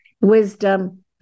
wisdom